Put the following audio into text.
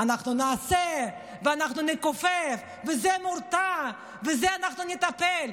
אנחנו נעשה ואנחנו נכופף וזה מורתע ובזה אנחנו נטפל.